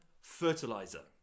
fertilizer